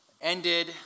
Ended